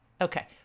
Okay